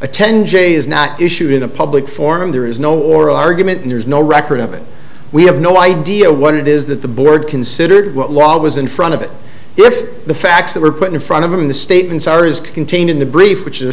attend j is not issued in a public forum there is no oral argument and there is no record of it we have no idea what it is that the board considered what law was in front of it if the facts that were put in front of him in the statements are is contained in the brief which is